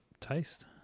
taste